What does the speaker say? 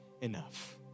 enough